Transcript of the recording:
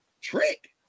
trick